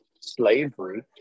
slavery